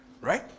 Right